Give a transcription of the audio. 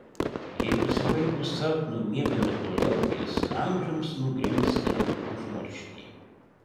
jei pasibaigus sapnui miegame toliau jis amžiams nugrimzta į užmarštį